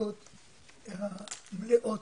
הסטטיסטיקות המלאות.